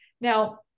Now